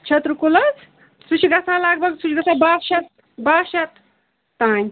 چھَترٕ کُل حظ سُہ چھُ گَژھان لگ بھگ سُہ چھُ گَژھان باہ شٮ۪تھ باہ شٮ۪تھ تانۍ